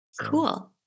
Cool